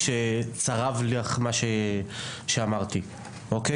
למגרשים ותראו את הבנות האלו משחקות זה עושה לכן טוב בלב כי